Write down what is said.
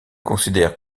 considère